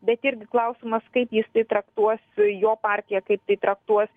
bet irgi klausimas kaip jis tai traktuos jo partija kaip tai traktuos